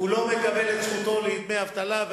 הוא לא מאבד את זכותו לדמי אבטלה.